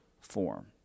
form